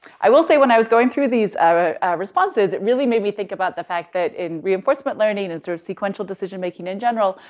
i will say when i was going through these responses, it really made me think about the fact that in reinforcement learning and sort of sequential decision making in general,